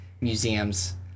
museums